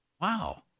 Wow